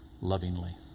lovingly